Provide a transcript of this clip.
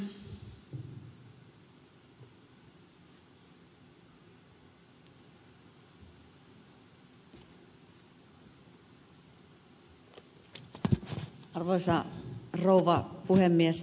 arvoisa rouva puhemies